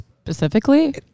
Specifically